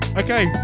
okay